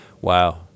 Wow